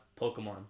Pokemon